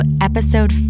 episode